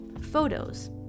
photos